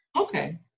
Okay